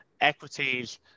equities